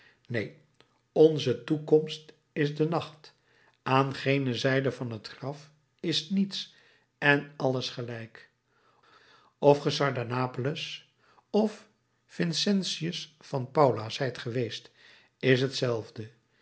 neen onze toekomst is de nacht aan gene zijde van het graf is niets en alles gelijk of ge sardanapales of vincentius van paula zijt geweest is hetzelfde